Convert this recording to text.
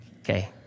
Okay